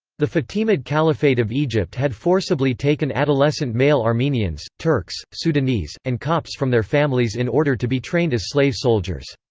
the fatimid caliphate of egypt had forcibly taken adolescent male armenians, turks, sudanese, and copts from their families in order to be trained as slave soldiers.